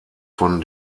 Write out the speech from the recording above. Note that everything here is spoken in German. von